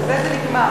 בזה זה נגמר.